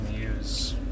use